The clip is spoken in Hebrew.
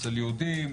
אצל יהודים,